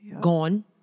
gone